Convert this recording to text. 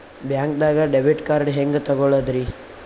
ಬ್ಯಾಂಕ್ದಾಗ debit card ಹೆಂಗ್ ತಗೊಳದ್ರಿ?